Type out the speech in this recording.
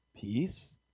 peace